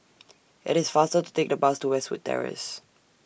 IT IS faster to Take The Bus to Westwood Terrace